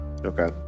Okay